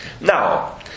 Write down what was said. Now